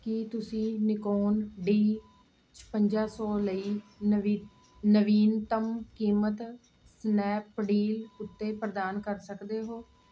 ਕੀ ਤੁਸੀਂ Nikon D ਛਪੰਜਾ ਸੌ ਲਈ ਨਵੀ ਨਵੀਨਤਮ ਕੀਮਤ ਸਨੈਪਡੀਲ ਉੱਤੇ ਪ੍ਰਦਾਨ ਕਰ ਸਕਦੇ ਹੋ